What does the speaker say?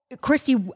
Christy